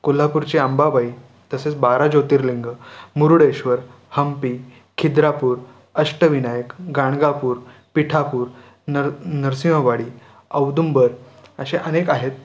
कोल्हापूरची आंबाबाई तसेच बारा ज्योतिर्लिंगं मुरुडेश्वर हंपी खिद्रापूर अष्टविनायक गाणगापूर पिठापूर नर नरसिंहवाडी औदुंबर असे अनेक आहेत